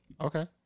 Okay